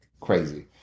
crazy